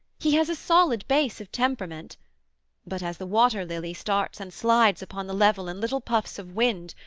he has a solid base of temperament but as the waterlily starts and slides upon the level in little puffs of wind,